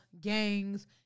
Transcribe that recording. gangs